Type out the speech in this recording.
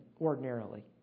ordinarily